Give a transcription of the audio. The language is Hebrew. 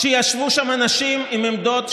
שישבו בהן אנשים עם עמדות שונות.